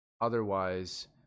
otherwise